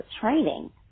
training